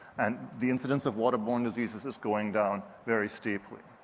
and the incidence of water borne diseases is going down very steeply.